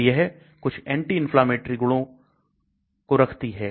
तो यह कुछ aniti inflammatory गुणों रखती है